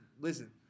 Listen